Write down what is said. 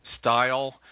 style